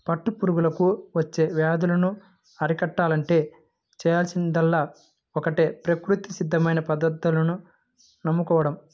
పట్టు పురుగులకు వచ్చే వ్యాధులను అరికట్టాలంటే చేయాల్సిందల్లా ఒక్కటే ప్రకృతి సిద్ధమైన పద్ధతులను నమ్ముకోడం